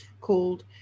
called